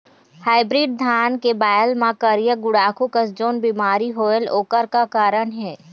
Hybrid धान के बायेल मां करिया गुड़ाखू कस जोन बीमारी होएल ओकर का कारण हे?